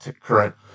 current